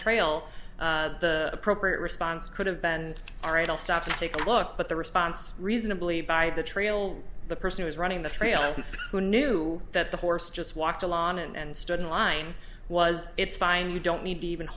trail the appropriate response could have been all right i'll stop and take a look but the response reasonably by the trail the person who's running the trail who knew that the horse just walked along and stood in line was it's fine you don't need to even